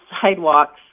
sidewalks